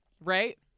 right